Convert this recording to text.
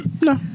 No